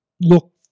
look